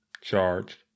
charged